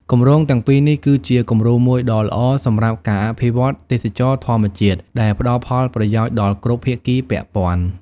គម្រោងទាំងពីរនេះគឺជាគំរូមួយដ៏ល្អសម្រាប់ការអភិវឌ្ឍទេសចរណ៍ធម្មជាតិដែលផ្តល់ផលប្រយោជន៍ដល់គ្រប់ភាគីពាក់ព័ន្ធ។